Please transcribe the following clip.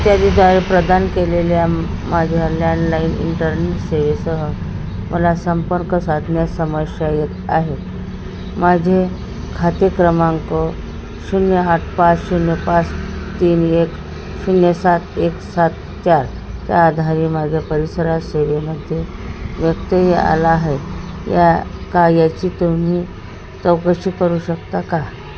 इत्यादीद्वारे प्रदान केलेल्या माझ्या लँडलाईन इंटरनेट सेवेसह मला संपर्क साधण्यात समस्या येत आहे माझे खाते क्रमांक शून्य आठ पाच शून्य पाच तीन एक शून्य सात एक सात चारच्या आधारे माझ्या परिसरात सेवेमध्ये व्यक्तय आला आहे या का याची तुम्ही चौकशी करू शकता का